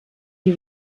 die